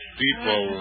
people